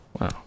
wow